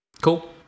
Cool